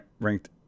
ranked